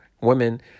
women –